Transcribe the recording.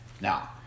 Now